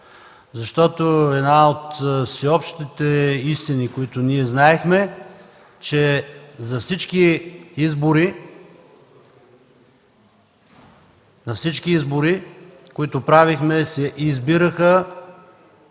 Защото една от всеобщите истини, която ние знаехме, е, че на всички избори, които правихме, се избираха